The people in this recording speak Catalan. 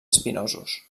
espinosos